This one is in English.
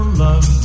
love